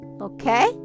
okay